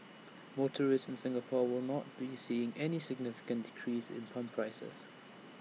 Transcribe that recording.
motorists in Singapore will not be seeing any significant decrease in pump prices